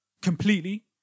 completely